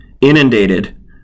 inundated